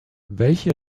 welche